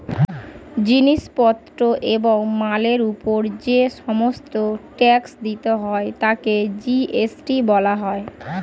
জিনিস পত্র এবং মালের উপর যে সমস্ত ট্যাক্স দিতে হয় তাকে জি.এস.টি বলা হয়